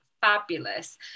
fabulous